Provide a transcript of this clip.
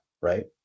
right